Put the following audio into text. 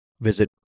visit